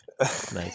Nice